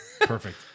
perfect